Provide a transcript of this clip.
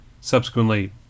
subsequently